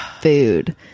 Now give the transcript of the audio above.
food